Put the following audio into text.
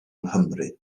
nghymru